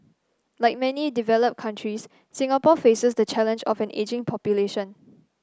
like many developed countries Singapore faces the challenge of an ageing population